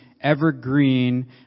Evergreen